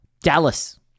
Dallas